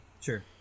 Sure